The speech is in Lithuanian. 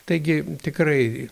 taigi tikrai